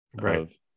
Right